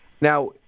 Now